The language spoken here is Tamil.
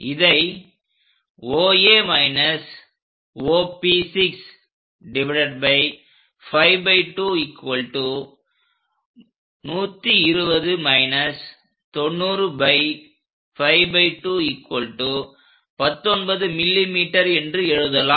இதை 𝜋2 𝜋2 19 mm என்று எழுதலாம்